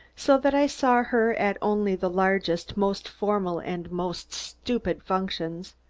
so that i saw her at only the largest, most formal and most stupid functions.